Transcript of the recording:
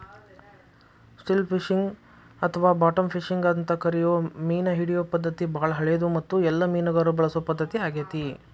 still fishing ಅಥವಾ bottom fishing ಅಂತ ಕರಿಯೋ ಮೇನಹಿಡಿಯೋ ಪದ್ಧತಿ ಬಾಳ ಹಳೆದು ಮತ್ತು ಎಲ್ಲ ಮೇನುಗಾರರು ಬಳಸೊ ಪದ್ಧತಿ ಆಗೇತಿ